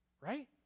Right